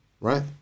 right